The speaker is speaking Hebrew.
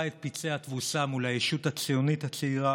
את פצעי התבוסה מול הישות הציונית הצעירה